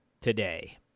today